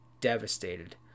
devastated